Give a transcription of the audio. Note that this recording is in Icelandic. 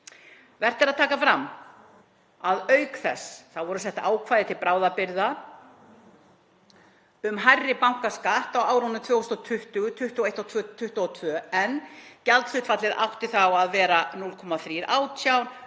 Vert er að taka fram að auk þess voru sett ákvæði til bráðabirgða um hærri bankaskatt á árunum 2020, 2021 og 2022, en gjaldhlutfallið átti þá að vera 0,318%,